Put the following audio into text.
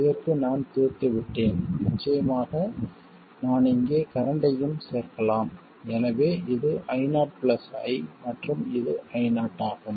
இதற்கு நான் தீர்த்துவிட்டேன் நிச்சயமாக நான் இங்கே கரண்ட்டையும் சேர்க்கலாம் எனவே இது I0 i மற்றும் இது I0 ஆகும்